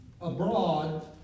abroad